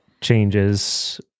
changes